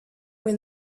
when